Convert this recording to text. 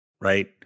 right